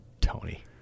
Tony